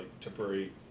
temporary